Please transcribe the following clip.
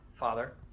Father